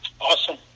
Awesome